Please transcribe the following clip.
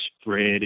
spread